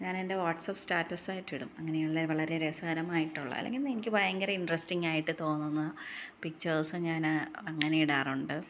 ഞാന് എന്റെ WhatsApp status ആയിട്ട് ഇടും അങ്ങനെയുള്ള വളരെ രസകരമായിട്ടുള്ള അല്ലെങ്കിൽ എന്താ എനിക്ക് ഭയങ്കര ഇൻട്രസ്റ്റിങ്ങായിട്ട് തോന്നുന്ന പിച്ചേഴ്സും ഞാൻ അങ്ങനെ ഇടാറുണ്ട്